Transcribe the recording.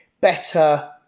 better